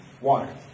water